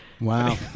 Wow